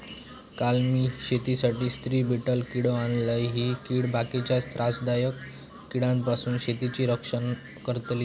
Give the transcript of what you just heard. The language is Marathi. काल मी शेतीसाठी स्त्री बीटल किडो आणलय, ही कीड बाकीच्या त्रासदायक किड्यांपासून शेतीचा रक्षण करतली